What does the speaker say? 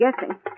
guessing